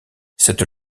cette